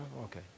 Okay